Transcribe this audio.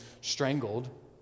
strangled